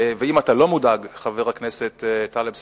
אם אתה לא מודאג, חבר הכנסת טלב אלסאנע,